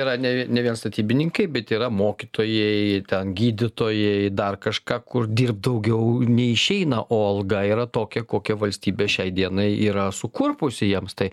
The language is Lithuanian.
yra ne ne vien statybininkai bet yra mokytojai ten gydytojai dar kažką kur dirbt daugiau neišeina o alga yra tokia kokia valstybė šiai dienai yra sukurpusi jiems tai